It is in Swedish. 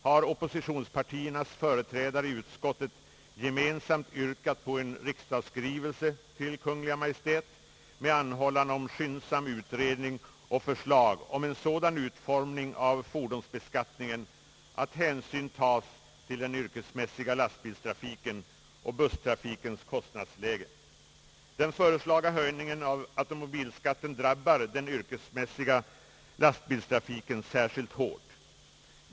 har oppositionspartiernas företrädare i utskottet gemensamt yrkat på en riksdagsskrivelse till Kungl. Maj:t med anhållan om en skyndsam utredning och förslag om en sådan utformning av fordonsbeskattningen, att hänsyn tages till den yrkesmässiga lastbilstrafiken och busstrafikens kostnadsläge. | Den föreslagna höjningen av automobilskatten drabbar den yrkesmässiga lastbilstrafiken särskilt hårt.